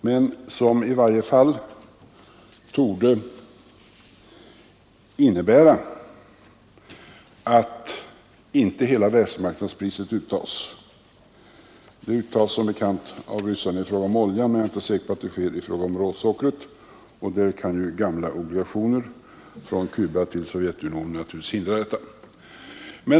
De torde i varje fall innebära att inte hela världsmarknadspriset uttas. Det uttas som bekant av ryssarna i fråga om oljan, men jag är inte säker på att det sker i fråga om råsockret — gamla obligationer från Cuba till Sovjetunionen kan naturligtvis hindra det.